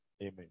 Amen